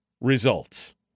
results